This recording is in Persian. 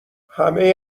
همه